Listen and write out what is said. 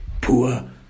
poor